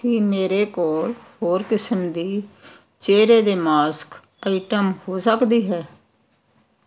ਕੀ ਮੇਰੇ ਕੋਲ ਹੋਰ ਕਿਸਮ ਦੀ ਚਿਹਰੇ ਦੇ ਮਾਸਕ ਆਈਟਮ ਹੋ ਸਕਦੀ ਹੈ